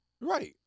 Right